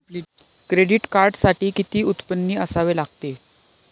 Credit कार्डसाठी किती उत्पन्न असावे लागते?